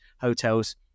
hotels